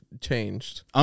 changed